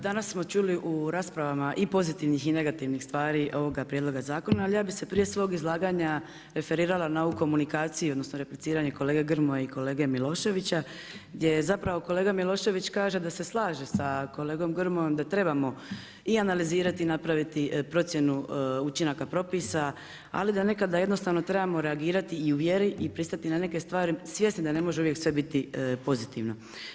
Danas smo čuli u raspravama i pozitivnih i negativnih stvari ovoga prijedloga zakona, ali ja bih se prije svog izlaganja referirala na ovu komunikaciju, odnosno repliciranje kolege Grmoje i kolege Miloševića, gdje je zapravo kolega Milošević kaže da se slaže sa kolegom Grmojom da trebamo i analizirati i napraviti procjenu učinaka propisa, ali da nekada jednostavno trebamo reagirati i u vjeri i pristati na neke stvari svjesni da ne može uvijek sve biti pozitivno.